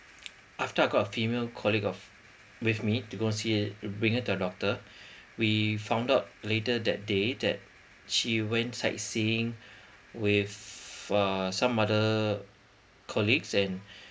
after I got a female colleague of with me to go see bring her to a doctor we found out later that day that she went sightseeing with uh some other colleagues and